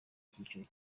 cyiciro